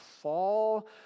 fall